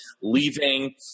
leaving